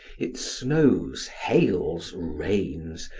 it snows, hails, rains,